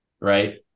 Right